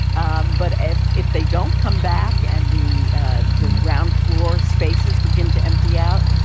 um but if if they don't come back and the the ground floor spaces begin to empty out,